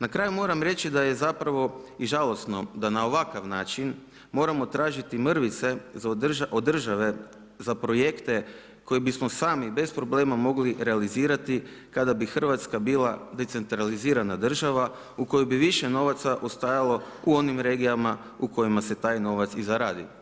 Na kraju moram reći da je zapravo i žalosno da na ovakav način moramo tražiti mrvice od države za projekte koje bismo sami bez problema mogli realizirati kada bi Hrvatska bila decentralizirana država u kojoj bi više novaca ostajalo u onim regijama u kojima se taj novac i zaradi.